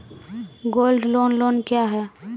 Gold loan loan क्या हैं?